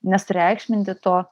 nesureikšminti to